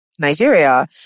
Nigeria